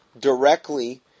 directly